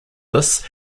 this